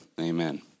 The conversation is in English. Amen